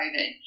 COVID